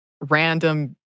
random